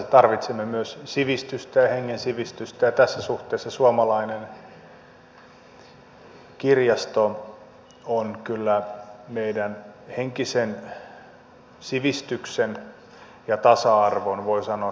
tarvitsemme myös sivistystä ja hengen sivistystä ja tässä suhteessa suomalainen kirjasto on kyllä meidän henkisen sivistyksemme ja tasa arvomme voi sanoa kirkkain timantti